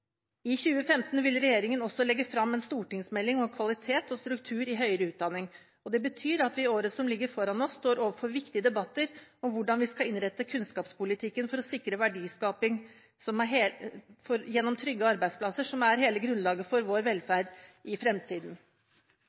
I 2015 vil regjeringen også legge frem en stortingsmelding om kvalitet og struktur i høyere utdanning. Det betyr at vi i året som ligger foran oss, står overfor viktige debatter om hvordan vi skal innrette kunnskapspolitikken for å sikre verdiskaping gjennom trygge arbeidsplasser, som er hele grunnlaget for vår velferd i fremtiden.